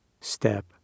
step